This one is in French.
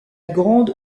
grande